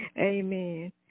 Amen